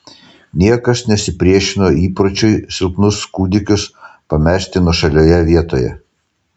niekas nesipriešino įpročiui silpnus kūdikius pamesti nuošalioje vietoje